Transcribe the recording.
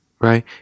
Right